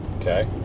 Okay